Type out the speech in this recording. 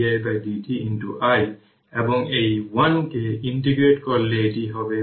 এখন আরেকটি হল যে চিত্র 26 এ dc কন্ডিশন এর অধীনে সিম্পল সার্কিট দেখায় i v C v L এবং ক্যাপাসিটরে স্টোরড এনার্জি নির্ধারণ করে